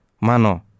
mano